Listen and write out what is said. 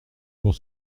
pour